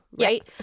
Right